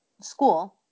school